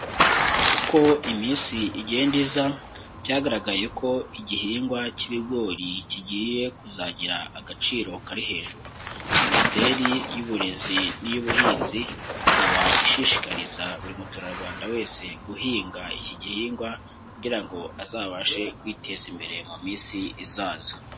Uko iminsi igenda iza byagaragaye ko igihingwa cy'ibigori kigiye kuzagira agaciro kari hejuru. Minisiteri y'uburezi n'iy'ubuhinzi ikaba ishishikariza buri muturarwanda wese guhinga iki gihingwa kugira ngo azabashe kwiteza imbere mu minsi izaza.